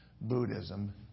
Buddhism